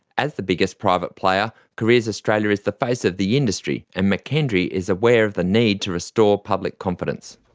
as the biggest private player, careers australia is the face of the industry and mckendry is aware of the need to restore public confidence.